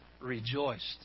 rejoiced